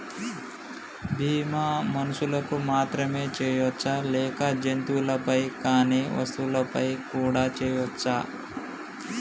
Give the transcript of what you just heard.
బీమా మనుషులకు మాత్రమే చెయ్యవచ్చా లేక జంతువులపై కానీ వస్తువులపై కూడా చేయ వచ్చా?